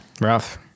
Rough